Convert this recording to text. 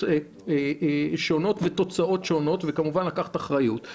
שונות ותוצאות שונות וכמובן לקחת אחריות.